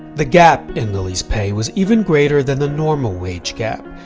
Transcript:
the gap in lilly's pay was even greater than the normal wage gap.